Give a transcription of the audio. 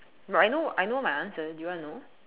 I know I know my answer do you wanna know